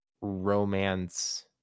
romance